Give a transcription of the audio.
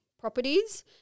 properties